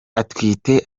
atwite